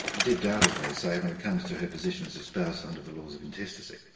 dibbed out, as they say, when it comes to her position as a spouse under the laws of intestacy.